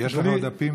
יש לך עוד דפים?